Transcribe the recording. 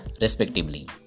respectively